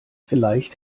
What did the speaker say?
vielleicht